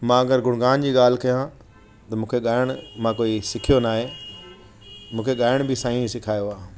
मां अगरि गुणगान जी ॻाल्हि कयां त मूंखे ॻाइण मां कोई सिखियो न आहे मूंखे ॻाइण बि साईंअ सेखारियो आहे